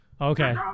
Okay